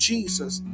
Jesus